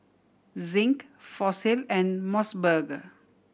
Zinc Fossil and Mos Burger